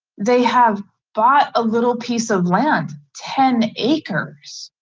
they have bought a little piece of land ten acres,